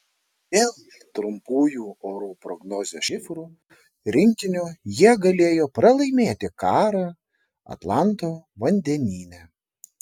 dėl trumpųjų orų prognozės šifrų rinkinio jie galėjo pralaimėti karą atlanto vandenyne